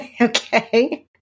Okay